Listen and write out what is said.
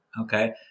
Okay